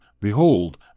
Behold